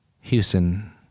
Houston